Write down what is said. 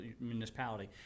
municipality